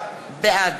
בעד